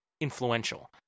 influential